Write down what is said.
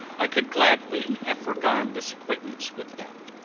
i could gladly have forgone this acquaintance with them.